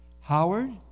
Howard